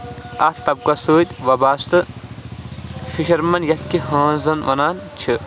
اَتھ تَبکَس سۭتۍ وابستہٕ فِکِر منٛد یَتھ کہِ ہٲنزن وَنان چھِ